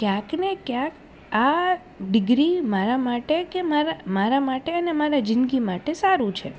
ક્યાંકને ક્યાંક આ ડિગ્રી મારા માટે કે મારા મારા માટે અને મારા જિંદગી માટે સારું છે